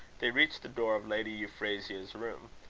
they reached the door of lady euphrasia's room.